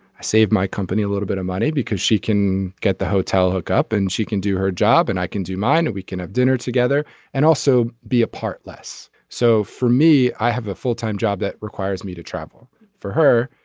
i saved my company a little bit of money because she can get the hotel hook up and she can do her job and i can do mine and we can dinner together and also be apart less. so for me i have a full time job that requires me to travel for her.